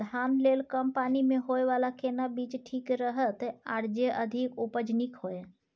धान लेल कम पानी मे होयबला केना बीज ठीक रहत आर जे अधिक उपज नीक होय?